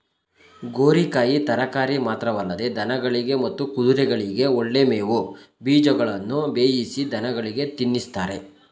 ಗೋರಿಕಾಯಿ ತರಕಾರಿ ಮಾತ್ರವಲ್ಲದೆ ದನಗಳಿಗೆ ಮತ್ತು ಕುದುರೆಗಳಿಗೆ ಒಳ್ಳೆ ಮೇವು ಬೀಜಗಳನ್ನು ಬೇಯಿಸಿ ದನಗಳಿಗೆ ತಿನ್ನಿಸ್ತಾರೆ